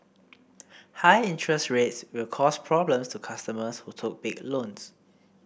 high interest rates will cause problems to customers who took big loans